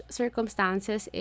circumstances